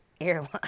airline